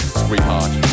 sweetheart